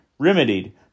remedied